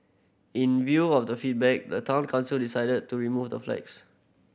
in view of the feedback the Town Council decided to remove the flags